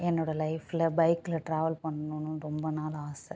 என்னோடய லைஃப்ல பைக்ல ட்ராவல் பண்ணணும்னு ரொம்ப நாள் ஆசை